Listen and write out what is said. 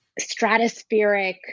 stratospheric